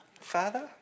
Father